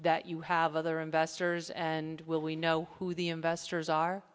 that you have other investors and will we know who the investors are